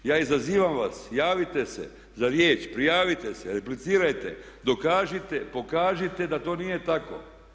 Ja izazivam vas, javite se za riječ, prijavite se, replicirajte, dokažite, pokažite da to nije tako.